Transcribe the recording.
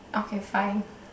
okay fine